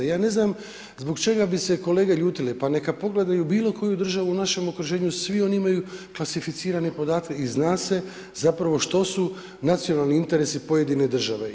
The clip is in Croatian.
Ja ne znam zbog čega bi se kolege ljutile, pa neka pogledaju bilo koju državu u našem okruženju svi oni imaju klasificirane podatke i zna se što su nacionalni interesi pojedine države.